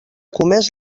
comès